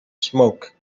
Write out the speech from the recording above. smoke